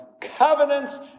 covenants